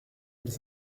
mille